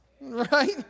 right